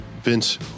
Vince